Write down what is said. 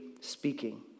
speaking